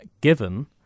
given